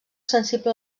sensible